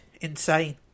insane